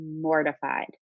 mortified